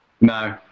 No